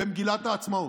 במגילת העצמאות: